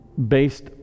based